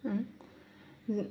आं